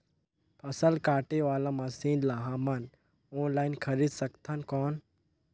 फसल काटे वाला मशीन ला हमन ऑनलाइन खरीद सकथन कौन?